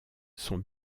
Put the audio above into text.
sont